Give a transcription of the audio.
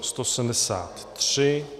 173.